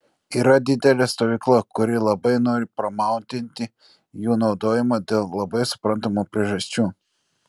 yra didelė stovykla kuri labai nori promautinti jų naudojimą dėl labai suprantamų priežasčių